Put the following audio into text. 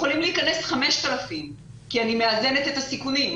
יכולים להיכנס 5,000 כי אני מאזנת את הסיכונים.